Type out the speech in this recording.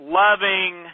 loving